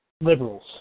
liberals